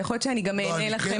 אבל יכול להיות שאני גם אענה לכם.